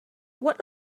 what